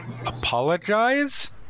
Apologize